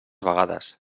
vegades